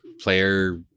player